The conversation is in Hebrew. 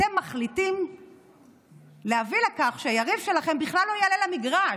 אתם מחליטים להביא לכך שיריב שלכם בכלל לא יעלה למגרש,